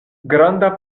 granda